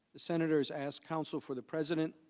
the senators as counsel for the president